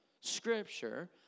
Scripture